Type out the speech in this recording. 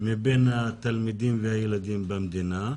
מבין התלמידים והילדים במדינה.